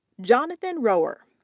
jonathan rohwer.